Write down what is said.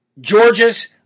Georgia's